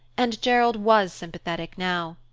and gerald was sympathetic now.